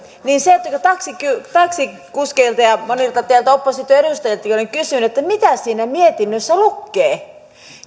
se että kun taksikuskeilta ja monilta teiltä opposition edustajiltakin olen kysynyt että mitä siinä mietinnössä lukee